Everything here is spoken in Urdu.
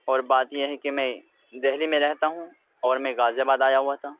اور بات یہ ہے کہ میں دہلی میں رہتا ہوں اور میں غازی آباد آیا ہوا تھا